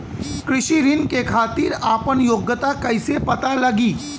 कृषि ऋण के खातिर आपन योग्यता कईसे पता लगी?